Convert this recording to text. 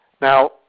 Now